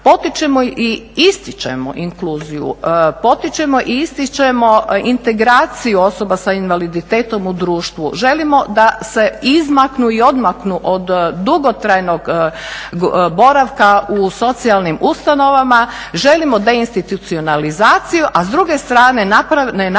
Potičemo i ističemo inkluziju, potičemo i ističemo integraciju osoba sa invaliditetom u društvu, želimo da se izmaknu i odmaknu od dugotrajnog boravka u socijalnim ustanovama, želimo da institucionalizaciju, a s druge strane ne napravimo